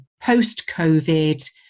post-COVID